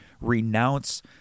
renounce